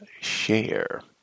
Share